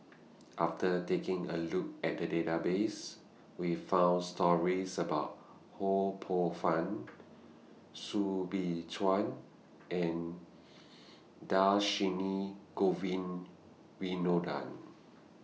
after taking A Look At The Database We found stories about Ho Poh Fun Soo Bin Chua and Dhershini Govin Winodan